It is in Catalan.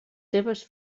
seves